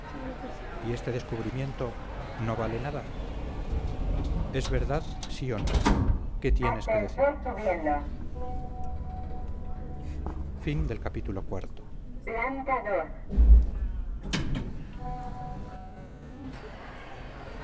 y este descubrimiento no vale nada es verdad sí o no qué tienes que decir